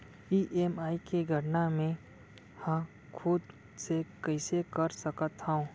EMI के गड़ना मैं हा खुद से कइसे कर सकत हव?